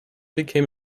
became